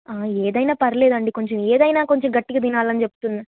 ఏదన్న పర్లేదు అండి కొంచెం ఏదన్న కొంచెం గట్టిగా తినాలని చెప్తున్న